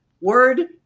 word